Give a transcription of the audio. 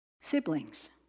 siblings